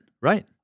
Right